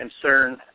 concern